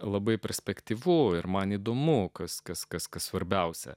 labai perspektyvu ir man įdomu kas kas kas kas svarbiausia